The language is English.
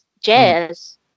Jazz